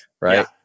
right